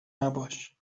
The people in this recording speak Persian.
نباش